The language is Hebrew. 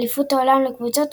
אליפות העולם לקבוצות,